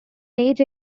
age